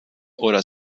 oder